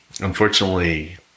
unfortunately